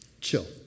chill